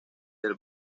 del